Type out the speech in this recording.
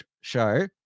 show